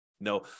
No